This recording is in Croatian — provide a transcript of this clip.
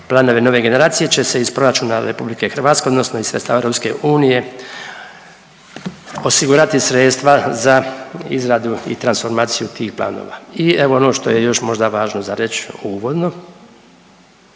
planove nove generacije će se iz proračuna RH odnosno iz sredstava EU osigurati sredstva za izradu i transformaciju tih planova. I evo ono što je još možda važno za reć uvodno